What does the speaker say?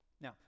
Now